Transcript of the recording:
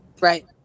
Right